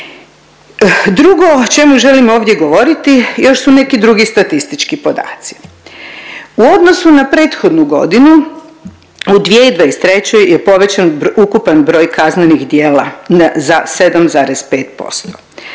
Drugo o čemu želim ovdje govoriti još su neki drugi statistički podaci. U odnosu na prethodnu godinu u 2023. je povećan ukupan broj kaznenih djela za 7,5%